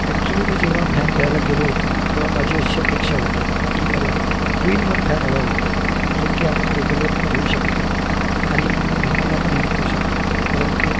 actually मी जेव्हा fan घ्यायला गेलो होतो तेव्हा माझी अशी अपेक्षा होती की मला टू इन वन फॅन हवा होता जो की आपण टेबलवर पण ठेवू शकतो आणि भिंतीला पण हॅंग करू शकतो परंतु